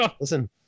Listen